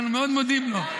אנחנו מאוד מודים לו.